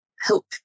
help